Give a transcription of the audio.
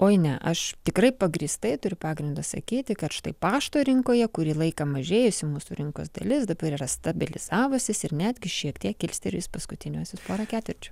oi ne aš tikrai pagrįstai turiu pagrindo sakyti kad štai pašto rinkoje kurį laiką mažėjusi mūsų rinkos dalis dabar yra stabilizavusis ir netgi šiek tiek kilstelėjus paskutiniuosius porą ketvirčių